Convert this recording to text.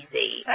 easy